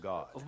God